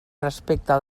respecte